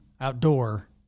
outdoor